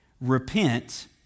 Repent